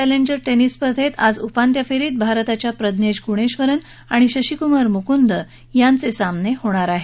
challenger tennis स्पर्धेत आज उपांत्य फेरीत भारताच्या प्रजनेश गुणेश्वरन आणि शशीकुमार मुकुंद यांचे सामने होणार आहेत